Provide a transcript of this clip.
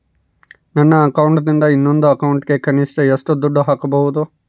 ನನ್ನ ಅಕೌಂಟಿಂದ ಇನ್ನೊಂದು ಅಕೌಂಟಿಗೆ ಕನಿಷ್ಟ ಎಷ್ಟು ದುಡ್ಡು ಹಾಕಬಹುದು?